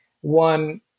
One